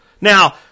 Now